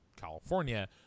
California